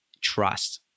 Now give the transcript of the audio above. trust